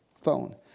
phone